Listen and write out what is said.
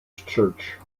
church